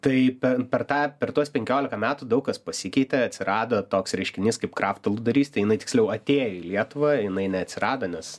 tai per per tą per tuos penkioliką metų daug kas pasikeitė atsirado toks reiškinys kaip krafto ugdarys tai jinai tiksliau atėjo į lietuvą jinai neatsirado nes